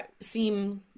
seem